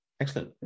Excellent